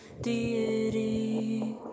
deity